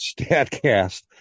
StatCast